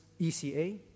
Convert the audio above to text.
ECA